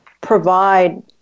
provide